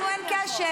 לנו אין קשר.